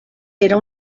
era